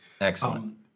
Excellent